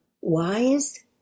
wise